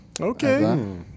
Okay